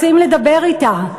רוצים לדבר אתה,